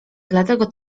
dlatego